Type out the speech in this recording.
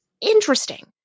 interesting